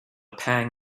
pang